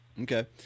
Okay